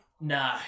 No